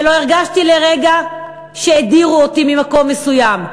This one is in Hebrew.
ולא הרגשתי לרגע שהדירו אותי ממקום מסוים.